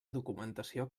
documentació